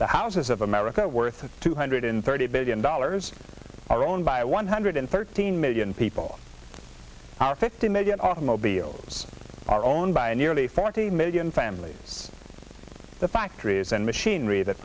the houses of america worth two hundred thirty billion dollars are owned by one hundred thirteen million people fifty million automobiles are owned by nearly forty million families it's the factories and machinery that